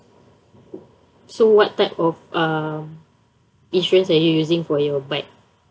so what type of um insurance are you're using for your bike